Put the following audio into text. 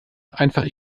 einfach